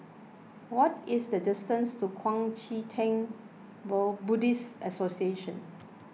what is the distance to Kuang Chee Tng Buddhist Association